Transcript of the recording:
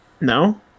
No